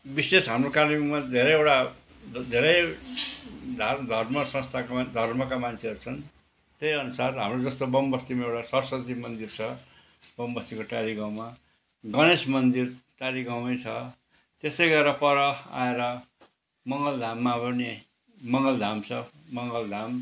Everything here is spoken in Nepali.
विशेष हाम्रो कालेबुङमा धेरैवटा धेरै धर्म संस्थाको धर्मका मान्छेहरू छन् त्यही अनुसार हाम्रो जस्तो बमबस्तीमा एउटा सरसती मन्दिर छ बमबस्तीको टारी गाउँमा गणेश मन्दिर टारी गाउँमै छ त्यस्तै गरेर पर आएर मङ्गल धाममा पनि मङ्गल धाम छ मङ्गल धाम